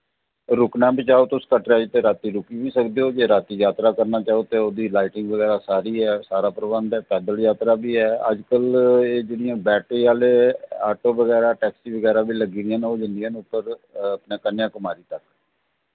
रुकना बी चाहो तुस कटड़ै राती ते रुकी बी सकदे ओ जे रातीं जात्तरा करना चाहो ते ओह्दी लाइटिंग बगैरा सारी ऐ सारा प्रबंध ऐ पैदल जात्तरा बी ऐ अज कल्ल एह् जेहड़ियां बैटरी आह्ले आटो बगैरा टैक्सी बगैरा बी लग्गी दियां न ओह् जंदियां न उप्पर अपने उप्पर अपने कन्याकुमारी तक